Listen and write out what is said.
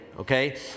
Okay